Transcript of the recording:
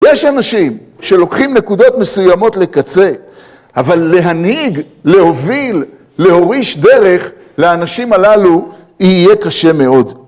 יש אנשים שלוקחים נקודות מסוימות לקצה, אבל להנהיג, להוביל, להוריש דרך לאנשים הללו יהיה קשה מאוד.